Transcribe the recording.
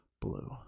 blue